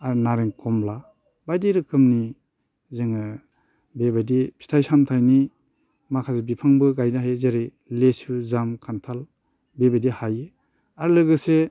आरो नारें खमला बायदि रोखोमनि जोङो बेबायदि फिथाइ सामथायनि माखासे बिफांबो गायनो हायो जेरै लेसु जामुन खान्थाल बेबायदि हायो आरो लोगोसे